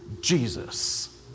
Jesus